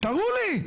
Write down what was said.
תראו לי.